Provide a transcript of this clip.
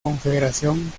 confederación